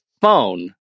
phone